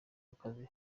akazi